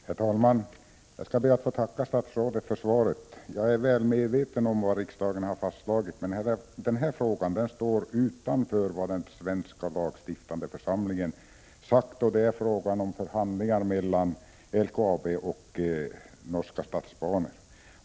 Herr talman! Jag skall be att få tacka statsrådet för svaret. Jag är väl medveten om vad riksdagen har fastslagit, men den här frågan går utanför vad den svenska lagstiftande församlingen har sagt. Det gäller förhandlingar mellan LKAB och den norska järnvägen.